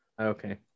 Okay